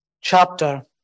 chapter